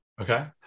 Okay